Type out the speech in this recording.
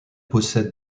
possède